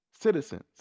citizens